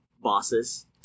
bosses